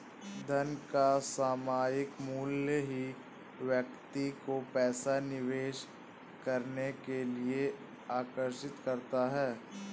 धन का सामायिक मूल्य ही व्यक्ति को पैसा निवेश करने के लिए आर्कषित करता है